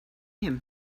him